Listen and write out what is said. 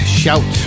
shout